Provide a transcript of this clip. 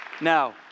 Now